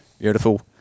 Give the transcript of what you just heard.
Beautiful